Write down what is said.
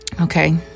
Okay